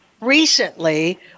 Recently